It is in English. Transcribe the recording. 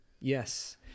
Yes